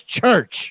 church